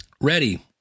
Ready